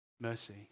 mercy